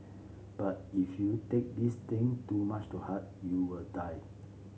but if you take these things too much to heart you will die